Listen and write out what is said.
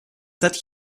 that